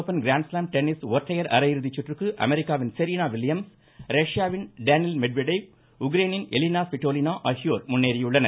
open grand slam tennis ஒற்றையா அரையிறுதி சுற்றுக்கு அமெரிக்காவின் செரீனா வில்லியம்ஸ் ரஷ்யாவின் டேனில் மெட்வடேவ் உக்ரைனின் எலினா ஸ்விட்டோலினா ஆகியோர் முன்னேறியுள்ளனர்